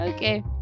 Okay